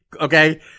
okay